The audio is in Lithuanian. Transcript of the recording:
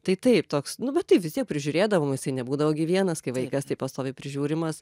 tai taip toks nu bet tai vis tiek prižiūrėdavom isai nebūdavo gi vienas kai vaikas tai pastoviai prižiūrimas